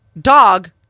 dog